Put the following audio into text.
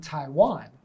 Taiwan